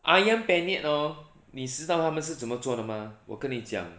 ayam penyet hor 你知道他们是怎么做的吗我跟你讲